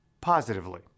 positively